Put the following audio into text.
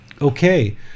Okay